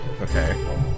okay